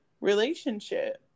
relationship